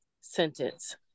sentence